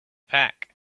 pack